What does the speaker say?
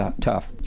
tough